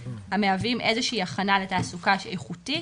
המהווים איזו שהיא הכנה לתעסוקה שהיא איכותית,